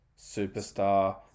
superstar